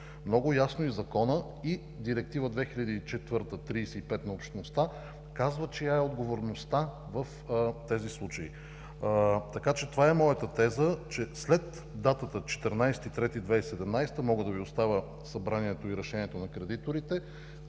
Много ясно и Законът, и Директива 2004/35 на Общността казва чия е отговорността в тези случаи. Така че това е моята теза – след датата 14 март 2017 г., мога да Ви оставя събранието и решението на кредиторите,